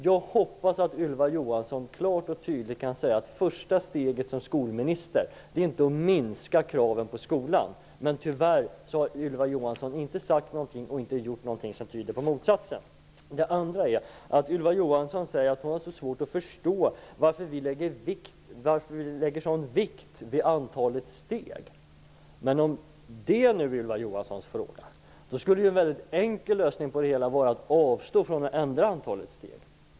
Jag hoppas att Ylva Johansson klart och tydligt kan säga att första steget som skolminister inte är att minska kraven på skolan. Men tyvärr har Ylva Johansson inte sagt någonting och inte gjort någonting som tyder på motsatsen. Det andra är att Ylva Johansson säger att hon har så svårt att förstå varför vi fäster sådan vikt vid antalet betygssteg. Men om det är Ylva Johanssons fråga, skulle en enkel lösning vara att avstå från att ändra antalet steg.